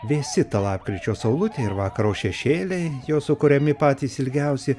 vėsi tą lapkričio saulutė ir vakaro šešėliai jo sukuriami patys ilgiausi